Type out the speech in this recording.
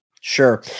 Sure